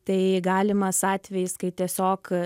tai galimas atvejis kai tiesiog